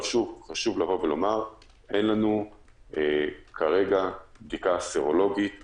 אבל חשוב לומר שאין לנו כרגע בדיקה סרולוגית תקפה.